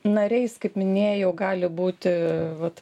nariais kaip minėjau gali būti vat